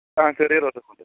ആ ചെറിയ റോസാപ്പൂ ഉണ്ട്